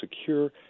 secure